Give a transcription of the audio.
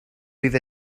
bydd